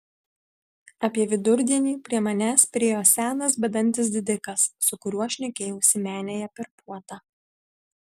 apie vidurdienį prie manęs priėjo senas bedantis didikas su kuriuo šnekėjausi menėje per puotą